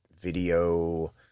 video